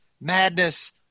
madness